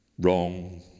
wrong